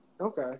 Okay